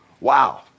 Wow